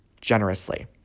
generously